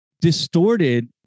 distorted